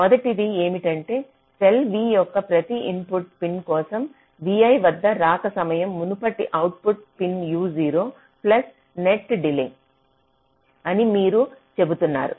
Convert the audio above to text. మొదటిది ఏమిటంటే cell v యొక్క ప్రతి ఇన్పుట్ పిన్ కోసం vi వద్ద రాక సమయం మునుపటి output pin uo plus net delay అని మీరు చెబుతున్నారు